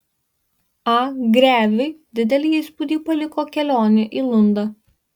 a greviui didelį įspūdį paliko kelionė į lundą